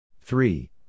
three